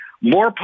more